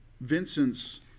Vincent's